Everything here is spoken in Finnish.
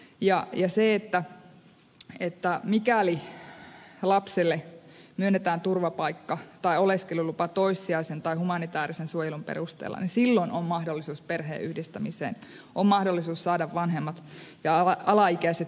ja mikäli lapselle myönnetään turvapaikka tai oleskelulupa toissijaisen tai humanitaarisen suojelun perusteella niin silloin on mahdollisuus perheenyhdistämiseen on mahdollisuus saada vanhemmat ja alaikäiset sisarukset tänne